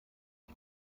ich